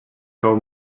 cau